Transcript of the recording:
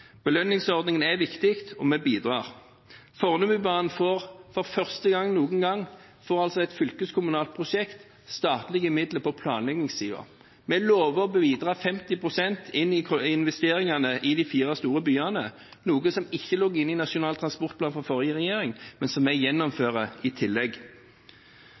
Belønningsordningen er viktig, og vi bidrar. Når det gjelder Fornebubanen: For første gang noensinne får et fylkeskommunalt prosjekt statlige midler på planleggingssiden. Vi lover å bidra 50 pst. inn i investeringene i de fire store byene, noe som ikke lå inne i Nasjonal transportplan fra forrige regjering, men som vi gjennomfører i tillegg.